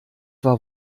war